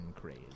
craze